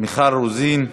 מיכל רוזין,